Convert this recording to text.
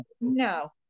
No